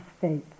faith